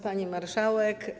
Pani Marszałek!